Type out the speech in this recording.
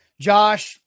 Josh